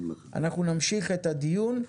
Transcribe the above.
אנחנו נמשיך את הדיון.